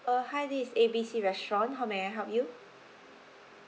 uh hi this is A B C restaurant how may I help you